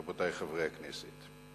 רבותי חברי הכנסת,